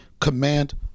command